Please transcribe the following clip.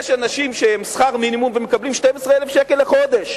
יש אנשים שהם בשכר מינימום ומקבלים 12,000 שקל לחודש.